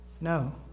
No